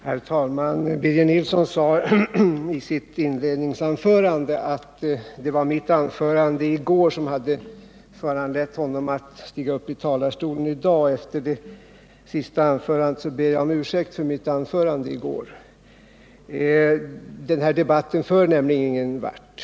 Herr talman! Birger Nilsson sade i sitt inledningsanförande att det var mitt anförande i går som hade föranlett honom att stiga upp i talarstolen i dag. Efter det sista anförandet av honom ber jag kammarens ledamöter om ursäkt för mitt anförande i går — den här debatten för nämligen ingen vart.